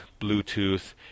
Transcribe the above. Bluetooth